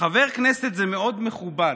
"חבר כנסת זה מאוד מכובד,